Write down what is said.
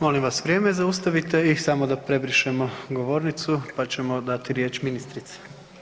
Molim vas vrijeme zaustavite i samo da prebrišemo govornicu, pa ćemo dati riječ ministrici.